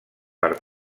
per